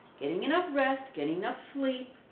getting enough rest, getting enough sleep,